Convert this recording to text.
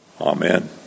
Amen